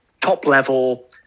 top-level